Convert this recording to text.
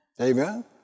Amen